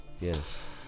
Yes